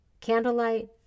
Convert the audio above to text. Candlelight